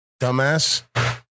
Dumbass